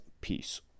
Peace